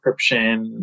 encryption